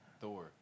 Thor